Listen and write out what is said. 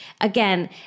Again